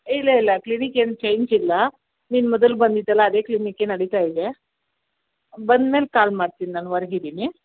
ಇಲ್ಲ ಇಲ್ಲ ಕ್ಲಿನಿಕ್ ಏನೂ ಚೇಂಜಿಲ್ಲ ನೀನು ಮೊದಲು ಬಂದಿದ್ದೆಯಲ್ಲ ಅದೇ ಕ್ಲಿನಿಕೇ ನಡಿತಾ ಇದೆ ಬಂದ ಮೇಲೆ ಕಾಲ್ ಮಾಡ್ತೀನಿ ನಾನು ಹೊರ್ಗ್ ಇದ್ದೀನಿ